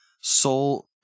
soul